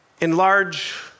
Enlarge